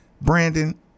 Brandon